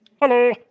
Hello